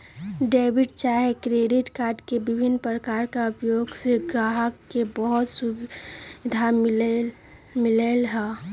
debit चाहे credit card के विभिन्न प्रकार के उपयोग से गाहक के बहुते सुभिधा मिललै ह